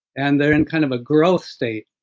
and they're in kind of a growth state